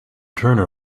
turner